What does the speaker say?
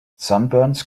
sunburns